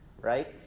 Right